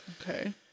Okay